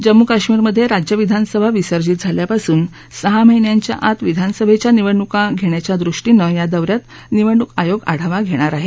जम्मू काश्मीरमध जिज्य विधानसभा विसर्जित झाल्यापासून सहा महिन्यांच्या आत विधानसभघ्या निवडणुकाही घण्याच्या दृष्टीनं या दौ यात निवडणूक आयोग आढावा घड्क्रि